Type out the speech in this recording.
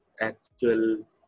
actual